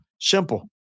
Simple